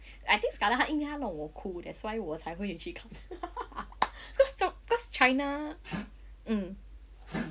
I think scarlet 它因为它让我哭 that's why 我才会去看 because 中 because china mm